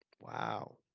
wow